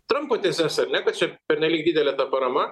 trampo tezes ar ne kad čia pernelyg didelė ta parama